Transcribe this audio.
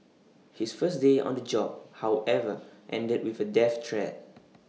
his first day on the job however ended with A death threat